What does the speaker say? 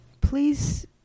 Please